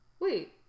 Wait